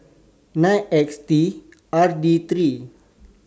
nine X T R D three